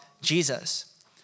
Jesus